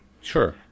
sure